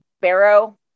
Barrow